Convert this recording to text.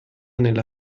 nella